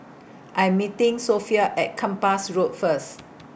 I Am meeting Sophia At Kempas Road First